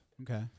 Okay